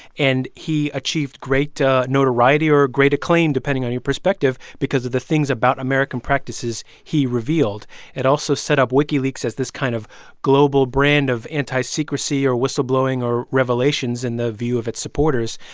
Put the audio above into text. and he achieved great notoriety or or great acclaim, depending on your perspective, because of the things about american practices he revealed it also set up wikileaks as this kind of global brand of anti-secrecy or whistleblowing or revelations in the view of its supporters.